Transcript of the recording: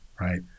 Right